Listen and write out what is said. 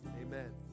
amen